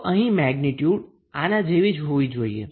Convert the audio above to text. તો અહીં મેગ્નીટ્યુડ આના જેવી હોવી જોઈએ